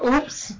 Oops